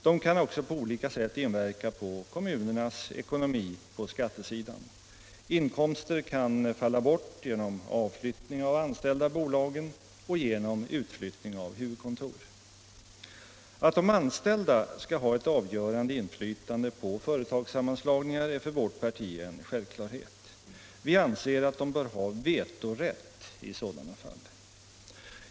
De kan också på olika sätt inverka på kommunernas ekonomi på skattesidan. Inkomster kan falla bort både genom avflyttning av anställda i bolagen och genom utflyttning av huvudkontor. Att de anställda skall ha ett avgörande inflytande på företagssammanslagningar är för vårt parti en självklarhet. Vi anser att de bör ha vetorätt i sådana fall.